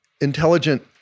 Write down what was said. intelligent